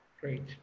Great